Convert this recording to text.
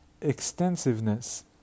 extensiveness